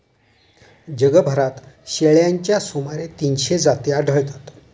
जगभरात शेळ्यांच्या सुमारे तीनशे जाती आढळतात